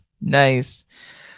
nice